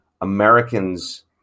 Americans